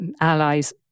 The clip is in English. allies